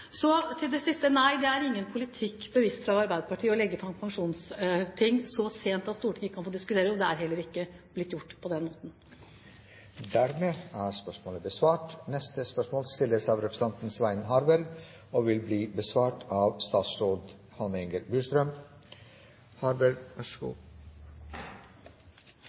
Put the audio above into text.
Så til det siste: Nei, det er ingen bevisst politikk fra Arbeiderpartiets side å legge fram pensjonsting så sent at Stortinget ikke kan få diskutert dem – og det har heller ikke blitt gjort på den måten. Jeg vil stille følgende spørsmål